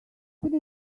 could